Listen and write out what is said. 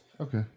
Okay